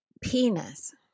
penis